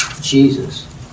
Jesus